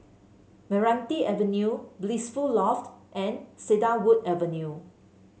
Meranti Avenue Blissful Loft and Cedarwood Avenue